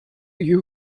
you